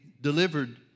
delivered